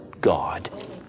God